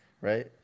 right